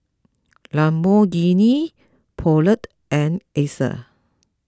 Lamborghini Poulet and Acer